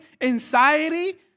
anxiety